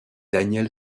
daniel